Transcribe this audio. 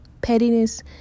Pettiness